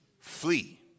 Flee